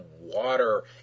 water